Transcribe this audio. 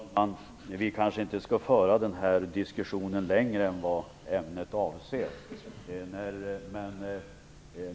Herr talman! Vi kanske inte skall föra denna diskussion längre än vad ämnet avser.